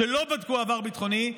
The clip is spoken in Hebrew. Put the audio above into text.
שלא בדקו עבר ביטחוני,